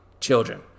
children